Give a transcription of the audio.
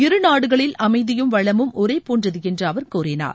இருநாடுகளில் அமைதியும் வளமும் ஒரே போன்றது என்று அவர் கூறினார்